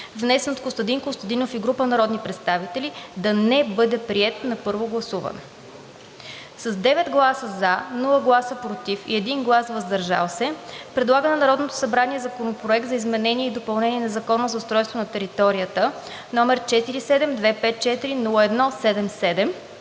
внесен от Костадин Костадинов и група народни представители, да не бъде приет на първо гласуване; - с 9 гласа „за“, без „против“ и с 1 глас „въздържал се“, предлага на Народното събрание Законопроект за изменение и допълнение на Закона за устройство на територията, № 47 254 01 77,